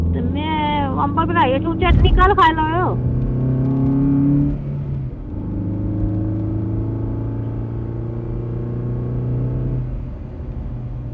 में अम्बल बनाया ते चटनी कल्ल खाई लैयो